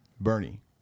Bernie